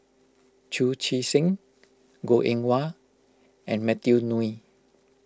Chu Chee Seng Goh Eng Wah and Matthew Ngui